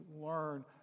learn